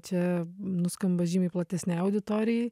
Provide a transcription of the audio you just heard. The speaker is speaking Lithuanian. čia nuskamba žymiai platesnei auditorijai